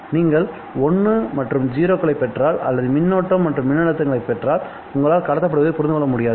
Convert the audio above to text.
நீங்கள் 1 மற்றும் 0 களைப் பெற்றால் அல்லது மின்னோட்டம் மற்றும் மின்னழுத்தங்களைப் பெற்றால் உங்களால் கடத்தப்படுவதைப் புரிந்து முடியாது